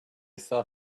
saw